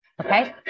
Okay